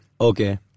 Okay